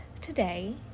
Today